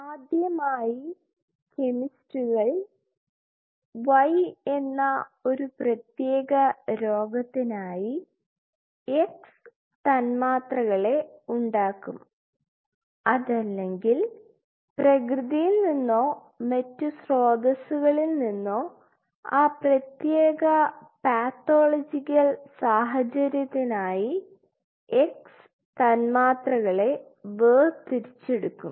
ആദ്യം ആയി കെമിസ്റ്റുകൾ y എന്ന ഒരു പ്രത്യേക രോഗത്തിനായി x തന്മാത്രകളെ ഉണ്ടാകും അതല്ലെങ്കിൽ പ്രകൃതിയിൽ നിന്നോ മറ്റ് സ്രോതസ്സുകളിൽ നിന്നോ ആ പ്രത്യേക പാത്തോളജിക്കൽ സാഹചര്യത്തിനായി x തന്മാത്രകളെ വേർതിരിച്ചെടുകും